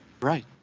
Right